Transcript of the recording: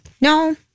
No